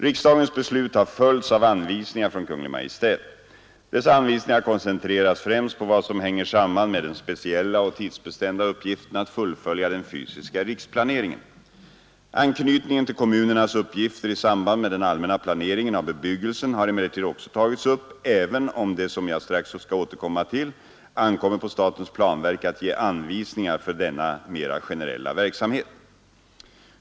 Riksdagens beslut har följts av anvisningar från Kungl. Maj:t. Dessa anvisningar koncentreras främst på vad som hänger samman med den speciella och tidsbestämda uppgiften att fullfölja den fysiska riksplaneringen. Anknytningen till kommunernas uppgifter i samband med den allmänna planeringen av bebyggelsen har emellertid också tagits upp, även om det — som jag strax skall återkomma till — ankommer på statens planverk att ge anvisningar för denna mera generella verksamhet.